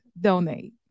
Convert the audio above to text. donate